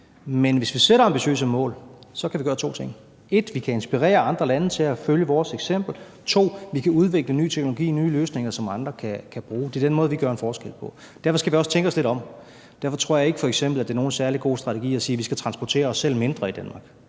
Men hvis vi sætter ambitiøse mål, kan vi gøre to ting. For det første kan vi inspirere andre lande til at følge vores eksempel, og for det andet kan vi udvikle nye teknologier, nye løsninger, som andre kan bruge. Det er den måde, vi gør en forskel på. Derfor skal vi også tænke os lidt om, og derfor tror jeg ikke, det f.eks. er nogen særlig god strategi at sige, at vi skal transportere os selv mindre i Danmark,